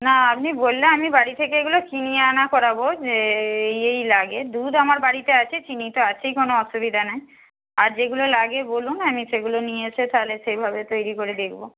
না আপনি বললে আমি বাড়ি থেকে এগুলো কিনিয়ে আনা করাব যে এই এই লাগে দুধ আমার বাড়িতে আছে চিনি তো আছেই কোনো অসুবিধা নেই আর যেগুলো লাগে বলুন আমি সেগুলো নিয়ে এসে তাহলে সেভাবে তৈরি করে দেখব